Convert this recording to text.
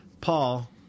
Paul